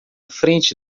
frente